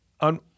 on